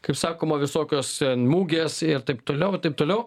kaip sakoma visokios mugės ir taip toliau i taip toliau